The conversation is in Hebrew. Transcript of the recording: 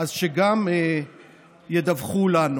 אז שגם ידווחו לנו.